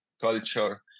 culture